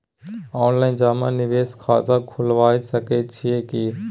Online जमा निवेश खाता खुलाबय सकै छियै की?